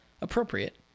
appropriate